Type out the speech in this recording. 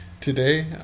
Today